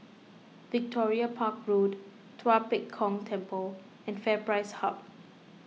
Victoria Park Road Tua Pek Kong Temple and FairPrice Hub